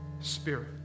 Spirit